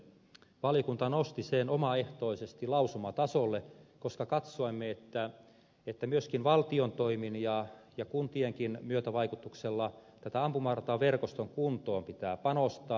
valiokunta nosti sen omaehtoisesti lausumatasolle koska katsoimme että myöskin valtion toimin ja kuntienkin myötävaikutuksella tähän ampumarataverkoston kuntoon pitää panostaa